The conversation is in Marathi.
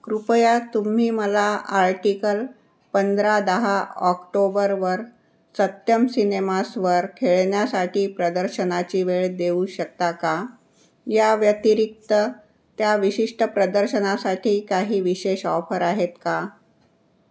कृपया तुम्ही मला आर्टिकल पंधरा दहा ऑक्टोबरवर सत्यम सिनेमासवर खेळण्यासाठी प्रदर्शनाची वेळ देऊ शकता का या व्यतिरिक्त त्या विशिष्ट प्रदर्शनासाठी काही विशेष ऑफर आहेत का